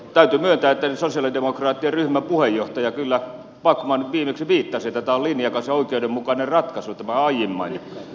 täytyy myöntää että sosialidemokraattien ryhmän puheenjohtaja backman kyllä viimeksi viittasi että tämä on linjakas ja oikeudenmukainen ratkaisu tämä aiemmainen